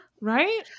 Right